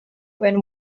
when